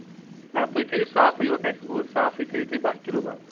نہ تُہۍ تھٲیِو صافٕے یوت اَسہِ ہُہ صافٕے تھٲیِو تُہۍ بَہہ کِلوٗ بَس